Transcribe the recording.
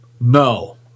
No